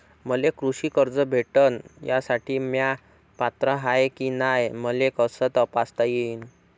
मले कृषी कर्ज भेटन यासाठी म्या पात्र हाय की नाय मले कस तपासता येईन?